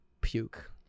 puke